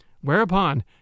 Whereupon